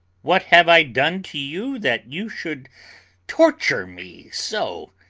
what have i done to you that you should torture me so?